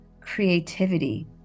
creativity